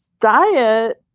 diet